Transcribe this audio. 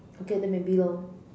okay then maybe lor